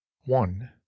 one